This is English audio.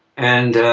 and.